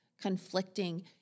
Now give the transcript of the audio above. conflicting